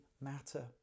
matter